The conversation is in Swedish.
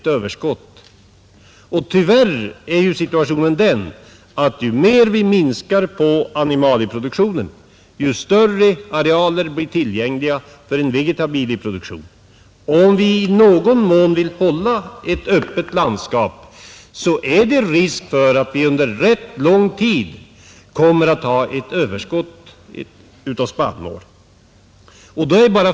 Tyvärr är situationen den att ju mer vi minskar animalieproduktionen desto större arealer blir tillgängliga för vegetabilieproduktion, Om vi i någon mån vill hålla ett öppet landskap, är det risk för att vi under rätt lång tid kommer att ha ett överskott av spannmål.